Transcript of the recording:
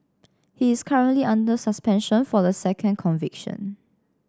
he is currently under suspension for the second conviction